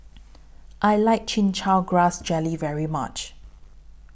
I like Chin Chow Grass Jelly very much